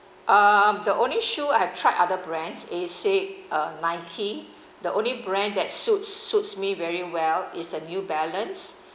uh the only shoe I have tried other brands is said uh nike the only brand that suits suits me very well is a new balance